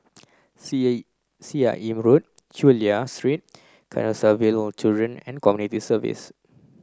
C A Seah In Road Chulia Street Canossaville Children and Community Services